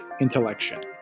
Intellection